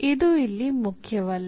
ಇದು ಇಲ್ಲಿ ಮುಖ್ಯವಲ್ಲ